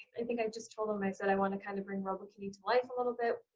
i think, i just told him, i said, i want to kind of bring robokitty to life a little bit,